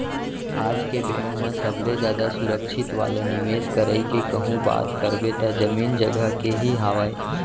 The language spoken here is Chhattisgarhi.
आज के बेरा म सबले जादा सुरक्छित वाले निवेस करई के कहूँ बात करबे त जमीन जघा के ही हावय